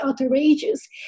outrageous